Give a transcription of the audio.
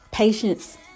Patience